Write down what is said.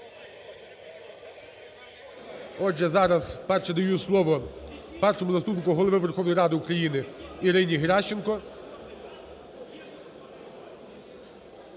Отже, зараз перше даю слово Першому заступнику Голови Верховної Ради України Ірині Геращенко.